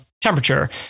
temperature